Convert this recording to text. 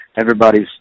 everybody's